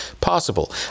possible